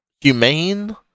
humane